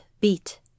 beat